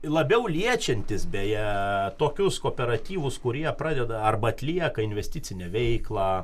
labiau liečiantys beje tokius kooperatyvus kurie pradeda arba atlieka investicinę veiklą